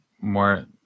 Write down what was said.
more